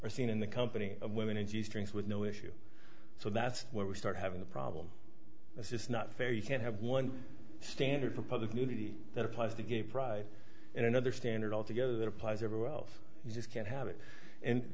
are seen in the company of women in g strings with no issue so that's where we start having a problem this is not fair you can't have one standard for public nudity that applies to gay pride and another standard altogether that applies everywhere else you just can't have it and